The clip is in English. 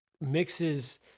mixes